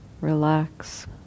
relax